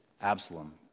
Absalom